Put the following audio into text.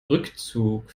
rückzug